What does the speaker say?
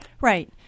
Right